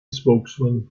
spokesman